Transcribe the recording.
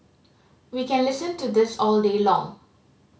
we can listen to this all day long